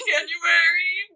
January